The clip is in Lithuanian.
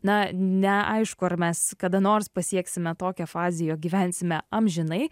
na neaišku ar mes kada nors pasieksime tokią fazę jog gyvensime amžinai